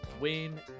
win